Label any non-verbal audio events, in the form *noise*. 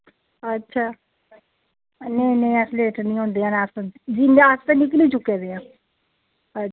अच्छा नेईं नेईं अस लेट नी होंदे हैन अस *unintelligible* अस ते निकली चुके दे आं अ